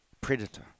predator